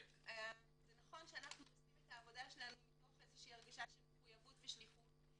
זה נכון שאנחנו עושים את העבודה שלנו מתוך הרגשה של שליחות ומחויבות.